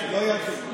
שלא יהיה על חשבוני.